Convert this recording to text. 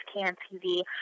CAN-TV